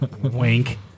Wink